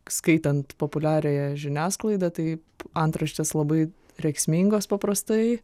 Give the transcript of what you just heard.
skaitant populiariąją žiniasklaidą taip antraštės labai rėksmingos paprastai